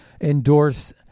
endorse